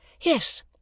Yes